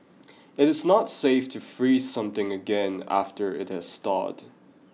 it is not safe to freeze something again after it has thawed